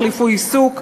החליפו עיסוק,